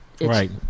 Right